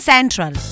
Central